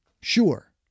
sure